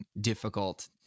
difficult